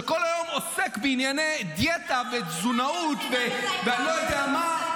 שכל היום עוסק בענייני דיאטה ותזונאות ואני לא יודע מה -- נאור,